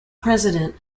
president